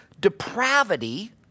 depravity